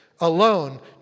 alone